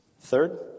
third